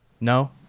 no